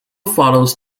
follows